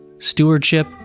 stewardship